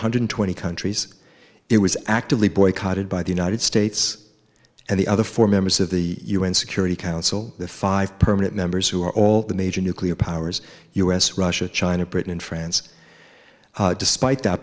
one hundred twenty countries it was actively boycotted by the united states and the other four members of the un security council the five permanent members who are all the major nuclear powers u s russia china britain and france despite that